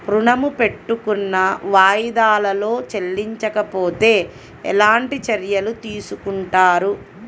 ఋణము పెట్టుకున్న వాయిదాలలో చెల్లించకపోతే ఎలాంటి చర్యలు తీసుకుంటారు?